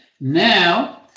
now